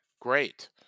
great